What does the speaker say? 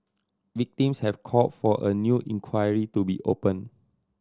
victims have call for a new inquiry to be open